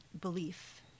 belief